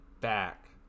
back